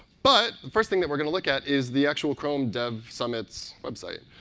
but the first thing that we're going to look at is the actual chrome dev summit's website.